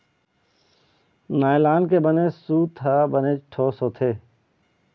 nylon के बने सूत ह बनेच ठोस होथे